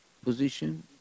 position